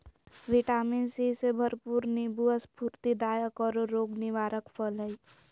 vitamin C से भरपूर नीबू स्फूर्तिदायक औरो रोग निवारक फल हइ